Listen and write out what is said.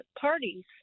parties